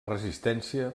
resistència